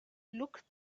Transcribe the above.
looked